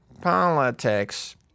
politics